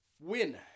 win